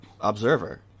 observer